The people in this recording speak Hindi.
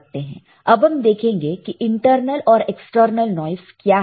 अब हम देखेंगे कि इंटरनल और एक्सटर्नल नॉइस क्या है